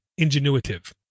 ingenuitive